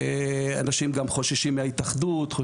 אנשים גם חוששים מההתאחדות,